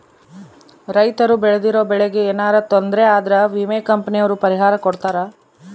ರೈತರು ಬೆಳ್ದಿರೋ ಬೆಳೆ ಗೆ ಯೆನರ ತೊಂದರೆ ಆದ್ರ ವಿಮೆ ಕಂಪನಿ ಅವ್ರು ಪರಿಹಾರ ಕೊಡ್ತಾರ